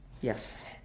Yes